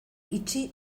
itxi